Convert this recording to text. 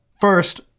first